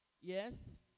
Yes